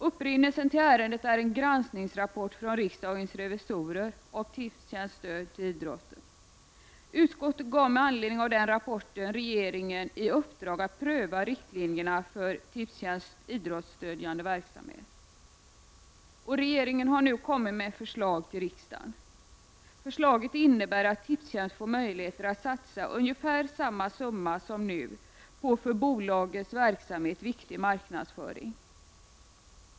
Upprinnelsen till ärendet är en granskningsrapport från riksdagens revisorer om Tipstjänsts stöd till idrotten. Med anledning av denna rapport gav utskottet regeringen i uppdrag att pröva riktlinjerna för Tipstjänsts idrottsstödjande verksamhet. Regeringen har nu kommit med ett förslag till riksdagen. Förslaget innebär att Tipstjänst får möjlighet att satsa ungefär samma summa som nu på för bolagets verksamhet viktig marknadsföring.